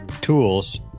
tools